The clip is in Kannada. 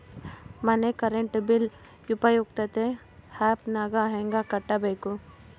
ಮನೆ ಕರೆಂಟ್ ಬಿಲ್ ಉಪಯುಕ್ತತೆ ಆ್ಯಪ್ ನಾಗ ಹೆಂಗ ಕಟ್ಟಬೇಕು?